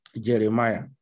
Jeremiah